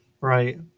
Right